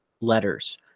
letters